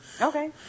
Okay